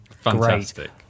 Fantastic